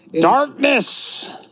Darkness